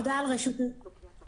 תודה על רשות הדיבור..